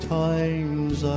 times